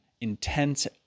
intense